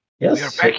Yes